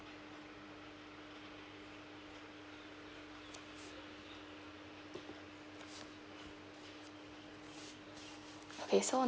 okay so